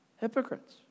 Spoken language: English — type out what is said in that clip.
Hypocrites